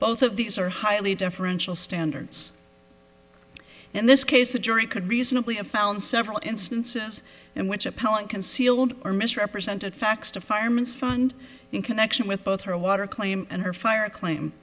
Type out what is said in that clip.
both of these are highly deferential standards in this case the jury could reasonably have found several instances in which appellant concealed or misrepresented facts to fireman's fund in connection with both her water claim and her fire claim